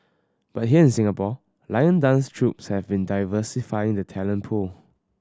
but here in Singapore lion dance troupes have been diversifying the talent pool